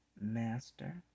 Master